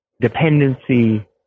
dependency